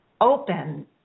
open